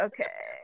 Okay